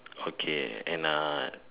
okay and ah